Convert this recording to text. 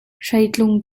hreitlung